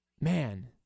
man